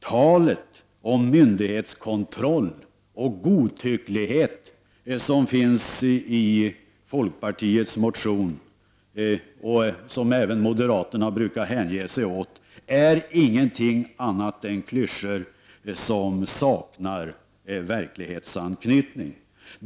Det som sägs i folkpartiets motion, och som även moderaterna brukar hänge sig åt, om myndighetskontroll och godtycklighet, är ingenting annat än klyschor som saknar verklighetsanknytning.